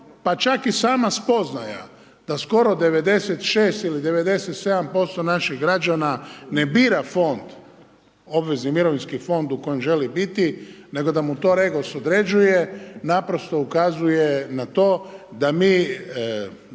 pa čak i sama spoznaja da skoro 96 ili 97% građana ne bira fond, obvezni mirovinski fond u kojem želi biti nego da mu to REGOS određuje, naprosto ukazuje na to da mi